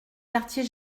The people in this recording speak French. quartier